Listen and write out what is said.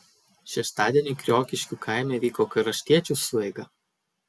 šeštadienį kriokiškių kaime vyko kraštiečių sueiga